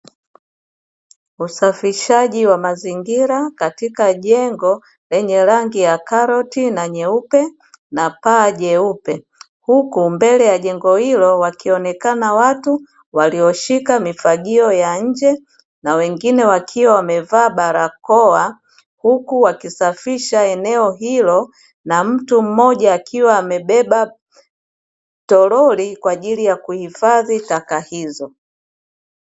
Usafishaji wa mazingira katika jengo lenye rangi ya karoti na nyeupe, na paa jeupe; huku mbele ya jengo hilo wakionekana watu walioshika mifagio ya nje, na wengine wakiwa wamevaa barakoa; huku wakisafisha eneo hilo, na mtu mmoja akiwa amebeba toroli kwa ajili ya kuhifadhi taka hizo.